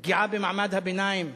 פגיעה במעמד הביניים,